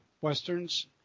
Westerns